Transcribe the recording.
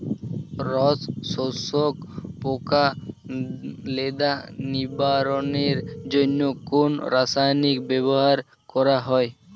রস শোষক পোকা লেদা নিবারণের জন্য কোন রাসায়নিক ব্যবহার করা হয়?